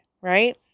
right